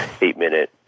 eight-minute